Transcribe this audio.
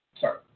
sorry